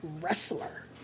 wrestler